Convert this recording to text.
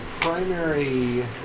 primary